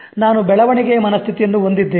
ನಾನು ಬೆಳವಣಿಗೆಯ ಮನಸ್ಥಿತಿಯನ್ನು ಹೊಂದಿದ್ದೇನೆ